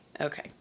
okay